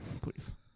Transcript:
please